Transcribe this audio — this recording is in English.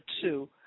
two